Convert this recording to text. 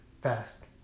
fast